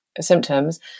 symptoms